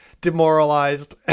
demoralized